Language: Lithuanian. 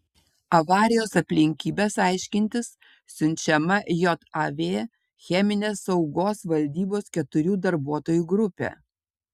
avarijos aplinkybes aiškintis siunčiama jav cheminės saugos valdybos keturių darbuotojų grupė